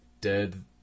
dead